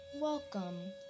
welcome